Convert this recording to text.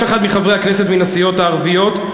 אחד מחברי הכנסת מן הסיעות הערביות.